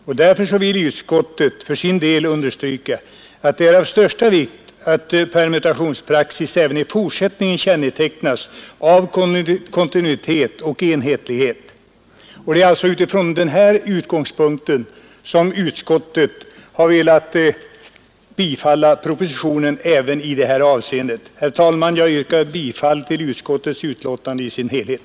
Utskottet vill för sin del understryka att det är av största vikt att permutationspraxis även i fortsättningen kännetecknas av kontinuitet och enhetlighet.” Det är alltså från denna utgångspunkt som utskottet har tillstyrkt propositionen även i det här avseendet. Herr talman! Jag yrkar bifall till utskottets förslag i dess helhet.